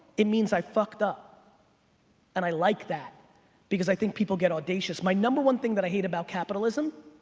it means i fucked up and i like that because i think people get audacious. my number one thing that i hate about capitalism,